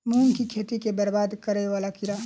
मूंग की खेती केँ बरबाद करे वला कीड़ा?